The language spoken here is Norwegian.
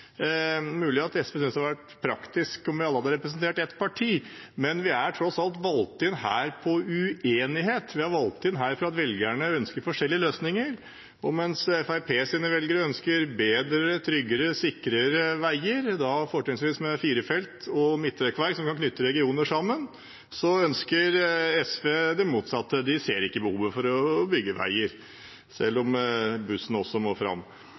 mulig at SV synes det hadde vært praktisk om vi alle hadde representert ett parti, men vi er tross alt valgt inn her på uenighet, vi er valgt inn her fordi velgerne ønsker forskjellige løsninger. Mens Fremskrittspartiets velgere ønsker bedre, tryggere, sikrere veier – da fortrinnsvis med fire felt og midtrekkverk som kan knytte regioner sammen – ønsker SV det motsatte. De ser ikke behovet for å bygge veier, selv om bussen også må fram.